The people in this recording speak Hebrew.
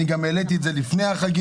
אני גם העליתי את זה לפני החגים,